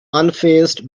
unfazed